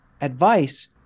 advice